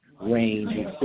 range